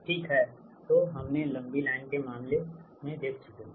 ठीक है तो हमने ने लंबी लाइन के मामले देख चुके है